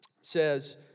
says